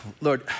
Lord